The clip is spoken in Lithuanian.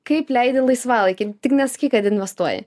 kaip leidi laisvalaikį tik nesakyk kad investuoji